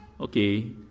okay